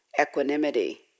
equanimity